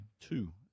two